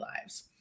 lives